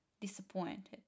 disappointed